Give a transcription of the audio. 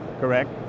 correct